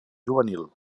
juvenil